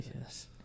Yes